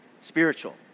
spiritual